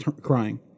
crying